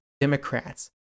Democrats